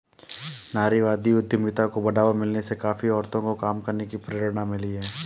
नारीवादी उद्यमिता को बढ़ावा मिलने से काफी औरतों को काम करने की प्रेरणा मिली है